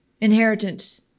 Inheritance